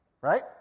right